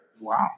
Wow